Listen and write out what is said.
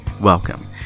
welcome